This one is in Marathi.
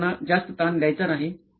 आपल्याला त्यांना जास्त ताण द्यायचा नाही